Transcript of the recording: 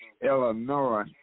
Illinois